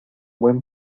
buen